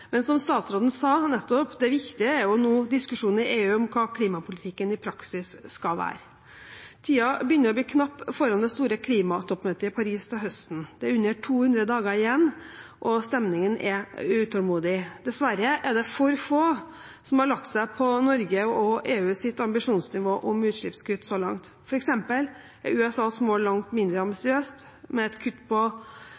Men som statsråden nettopp sa, er det viktige nå diskusjonen i EU om hva klimapolitikken i praksis skal være. Tiden begynner å bli knapp foran det store klimatoppmøtet i Paris til høsten. Det er under 200 dager igjen, og stemningen er utålmodig. Dessverre er det for få som har lagt seg på Norges og EUs ambisjonsnivå om utslippskutt så langt. For eksempel er USAs mål langt mindre ambisiøst, med et kutt på